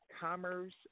commerce